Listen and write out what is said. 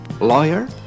Lawyer